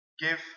give